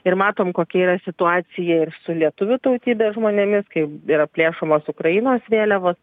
ir matom kokia yra situacija ir su lietuvių tautybės žmonėmis kai yra plėšomos ukrainos vėliavos